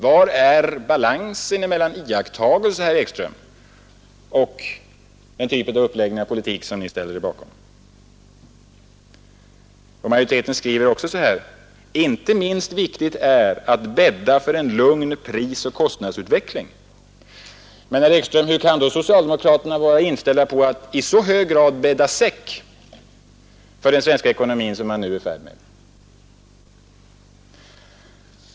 Var är balansen mellan iakttagelse, herr Ekström, och den typ av uppläggning av politiken som Ni ställer Er bakom. Majoriteten skriver också: ”Inte minst viktigt i detta sammanhang är ——— att bädda för en lugn prisoch kostnadsutveckling.” Men, herr Ekström, hur kan då socialdemokraterna vara inställda på att i så hög grad bädda säck för den svenska ekonomin som man nu är i färd med?